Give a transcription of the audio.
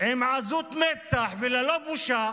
ובעזות מצח וללא בושה